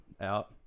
out